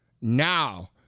Now